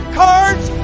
cards